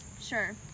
Sure